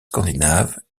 scandinaves